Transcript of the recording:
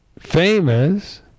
famous